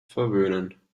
verwöhnen